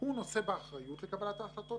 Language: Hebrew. גם הבוקר נפתח בתיאור חשדות בשלטון